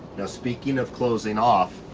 now, speaking of closing off,